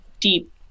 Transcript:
deep